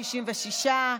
66,